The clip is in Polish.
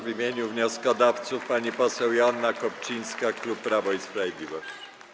W imieniu wnioskodawców - pani poseł Joanna Kopcińska, klub Prawo i Sprawiedliwość.